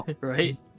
Right